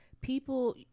people